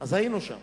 אז היינו שם.